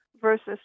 versus